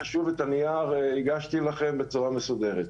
ושוב, את הנייר הגשתי לכם בצורה מסודרת.